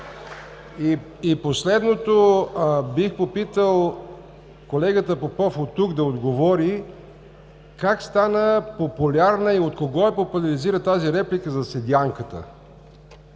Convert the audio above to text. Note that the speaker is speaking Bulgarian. И последното, бих попитал колегата Попов, от тук да отговори: как стана популярна и от кого е популяризирана тази реплика за седянката?